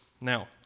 Now